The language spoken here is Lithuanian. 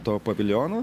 to paviljono